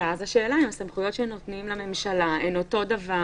ואז השאלה אם הסמכויות שנותנים לממשלה הן אותו דבר